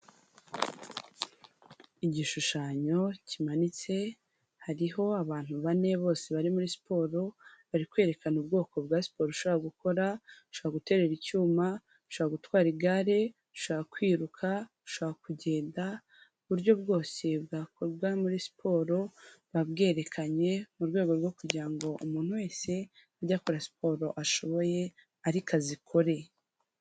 Igishushanyo kimanitse hariho abantu bane bose bari muri siporo, bari kwerekana ubwoko bwa siporo ushobora gukora, ushobora guterura icyuma, ushobora gutwara igare, ushobora kwiruka, ushobora kugenda, uburyo bwose bwakorwa muri siporo babwerekanye mu rwego rwo kugirango ngo umuntu wese ajye akora siporo ashoboye ariko azikore.